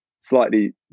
slightly